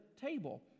table